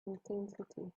intensity